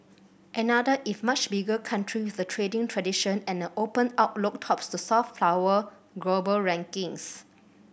another if much bigger country with a trading tradition and an open outlook tops the soft power global rankings